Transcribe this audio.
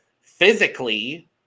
physically